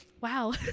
Wow